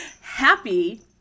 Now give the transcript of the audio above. Happy